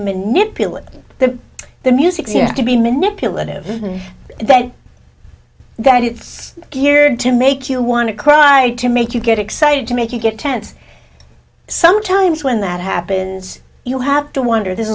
manipulated that the music seems to be manipulative and then that it's geared to make you want to cry to make you get excited to make you get tense sometimes when that happens you have to wonder this